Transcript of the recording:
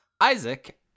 Isaac